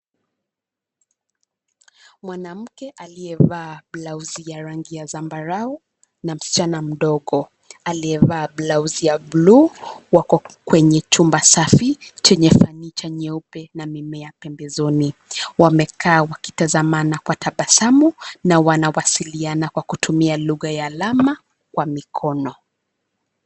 Mwanamke aliyevaa blausi ya rangi ya zambarau na msichana mdogo aliyevaa blausi ya bluu, wako kwenye chumba safi chenye fanicha nyeupe na mimea pembezoni. Wamekaa wakitazamana kwa tabasamu na wanawasiliana kwa kutumia lugha ya alama kwa mikono.